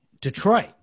Detroit